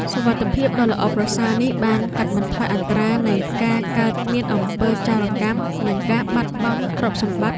សុវត្ថិភាពដ៏ល្អប្រសើរនេះបានកាត់បន្ថយអត្រានៃការកើតមានអំពើចោរកម្មនិងការបាត់បង់ទ្រព្យសម្បត្តិ។